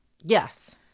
Yes